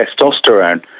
testosterone